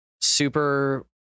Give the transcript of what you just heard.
super